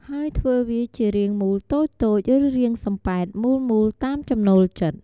ហើយធ្វើជារាងមូលតូចៗ ឬរាងសំប៉ែតមូលៗតាមចំណូលចិត្ត។